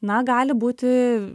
na gali būti